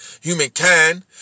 humankind